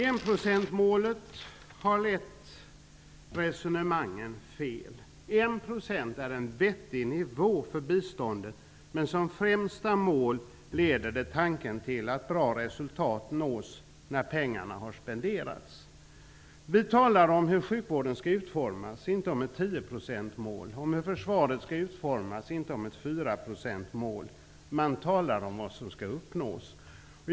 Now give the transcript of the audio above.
Enprocentsmålet har lett resonemangen fel. 1 % är en vettig nivå för biståndet, men som främsta mål leder det tanken till att bra resultat nåtts när pengarna spenderats. Vi talar om hur sjukvården skall utformas, inte om ett tioprocentsmål, om hur försvaret skall utformas, inte om ett fyraprocentsmål. Man talar om vad skall uppnås.